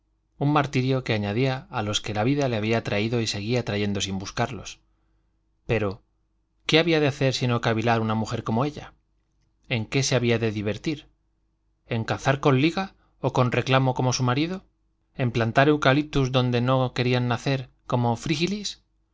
un martirio que añadía a los que la vida le había traído y seguía trayendo sin buscarlos pero qué había de hacer sino cavilar una mujer como ella en qué se había de divertir en cazar con liga o con reclamo como su marido en plantar eucaliptus donde no querían nacer como frígilis